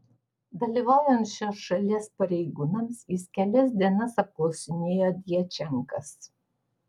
dalyvaujant šios šalies pareigūnams jis kelias dienas apklausinėjo djačenkas